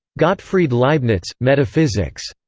gottfried leibniz metaphysics.